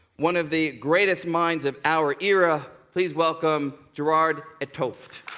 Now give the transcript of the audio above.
one of the greatest minds of our era, please welcome gerard ah t hooft.